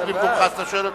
אז אתה שואל אותי?